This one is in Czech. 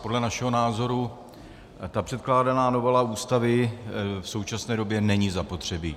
Podle našeho názoru ta předkládaná novela Ústavy v současné době není zapotřebí.